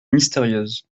mystérieuse